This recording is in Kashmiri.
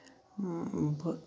بہٕ